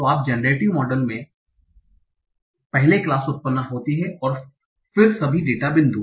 तो आप generative model में पहले क्लास उत्पन्न होती है और फिर सभी डेटा बिंदु